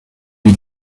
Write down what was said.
you